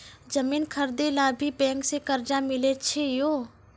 जमीन खरीदे ला भी बैंक से कर्जा मिले छै यो?